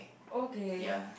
okay